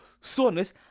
soreness